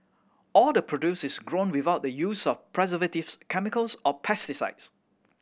all the produce is grown without the use of preservatives chemicals or pesticides